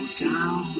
down